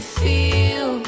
feel